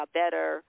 better